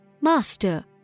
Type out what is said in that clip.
Master